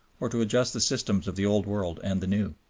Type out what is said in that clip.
or to adjust the systems of the old world and the new.